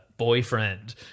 Boyfriend